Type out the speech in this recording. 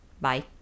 Bye